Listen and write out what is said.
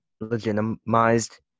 legitimized